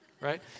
Right